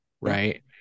Right